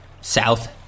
South